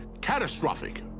catastrophic